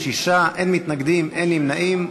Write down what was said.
26 בעד, אין מתנגדים, אין נמנעים.